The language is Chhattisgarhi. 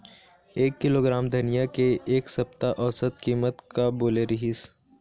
एक किलोग्राम धनिया के एक सप्ता औसत कीमत का बोले रीहिस?